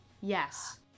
Yes